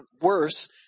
worse